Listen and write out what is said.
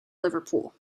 liverpool